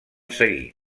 seguir